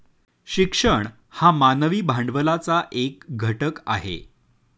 शिक्षण हा मानवी भांडवलाचा एक घटक आहे